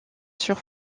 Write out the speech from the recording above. sur